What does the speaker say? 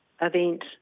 event